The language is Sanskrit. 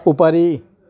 उपरि